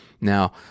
Now